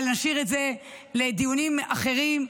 אבל נשאיר את זה לדיונים אחרים,